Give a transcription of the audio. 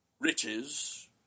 Riches